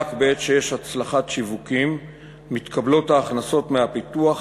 רק בעת שיש הצלחת שיווקים מתקבלות ההכנסות מהפיתוח